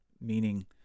meaning